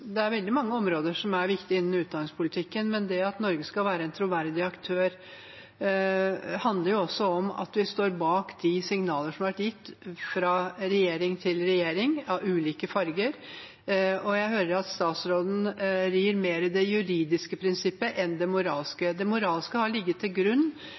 Det er veldig mange områder som er viktige innen utdanningspolitikken, men det at Norge skal være en troverdig aktør, handler også om at vi står bak de signaler som har vært gitt av regjeringer av ulik farge. Jeg hører at statsråden rir mer det juridiske prinsippet enn det moralske. Det moralske har ligget til grunn